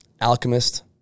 Alchemist